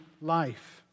life